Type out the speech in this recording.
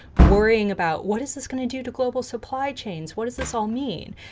worrying about, what is this going to do to global supply chains? what does this all mean?